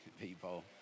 people